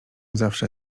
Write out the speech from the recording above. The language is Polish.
zawsze